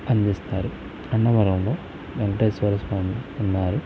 అందిస్తారు అన్నవరంలో వెంకటేశ్వర స్వామి ఉన్నారు